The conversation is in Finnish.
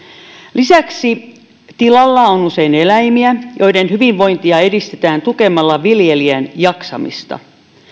lisäksi tilalla on usein eläimiä joiden hyvinvointia edistetään tukemalla viljelijän jaksamista